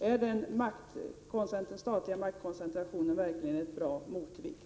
Är den statliga maktkoncentrationen verkligen en bra motvikt?